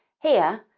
here,